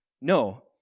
No